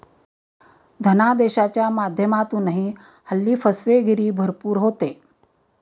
धनादेशाच्या माध्यमातूनही हल्ली फसवेगिरी भरपूर होते